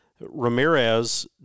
Ramirez